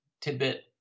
tidbit